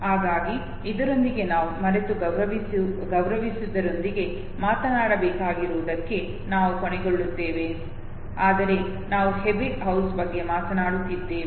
ಹಾಗಾಗಿ ಇದರೊಂದಿಗೆ ನಾವು ಮರೆತು ಗೌರವಿಸುವುದರೊಂದಿಗೆ ಮಾತನಾಡಬೇಕಾಗಿರುವುದಕ್ಕೆ ನಾವು ಕೊನೆಗೊಳ್ಳುತ್ತೇವೆ ಆದರೆ ನಾವು ಎಬ್ಬಿಂಗ್ಹೌಸ್ ಬಗ್ಗೆ ಮಾತನಾಡುತ್ತಿದ್ದೇವೆ